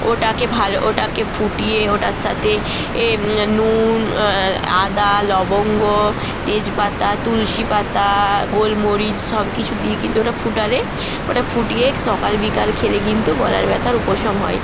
ওটাকে ভালো ওটাকে ফুটিয়ে ওটার সাথে এ নুন আদা লবঙ্গ তেজপাতা তুলশি পাতা গোলমরিচ সব কিছু দিয়ে কিন্তু ওটা ফুটালে ওটা ফুটিয়ে সকাল বিকাল খেলে কিন্তু গলার ব্যথার উপশম হয়